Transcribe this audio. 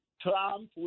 Trump